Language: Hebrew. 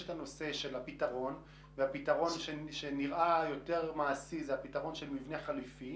הפתרון הפתרון שנראה מעשי יותר זה הפתרון של מבנה חליפי,